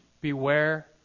Beware